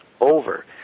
over